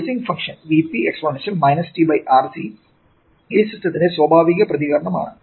forcing ഫങ്ക്ഷന് Vp exponential t RC ഈ സിസ്റ്റത്തിന്റെ സ്വാഭാവിക പ്രതികരണമാണ്